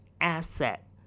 asset